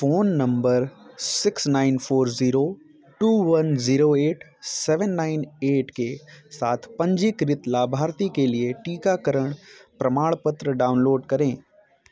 phone number six nine four zero two one zero eight seven nine eight के साथ पंजीकृत लाभार्थी के लिए टीकाकरण प्रमाणपत्र डाउनलोड करें